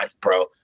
bro